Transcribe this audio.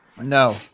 No